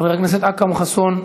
חבר הכנסת אכרם חסון,